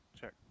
check